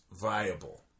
viable